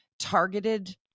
targeted